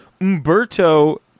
Umberto